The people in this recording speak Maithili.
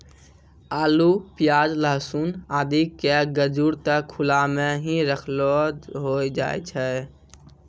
आलू, प्याज, लहसून आदि के गजूर त खुला मॅ हीं रखलो रखलो होय जाय छै